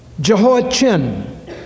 Jehoiachin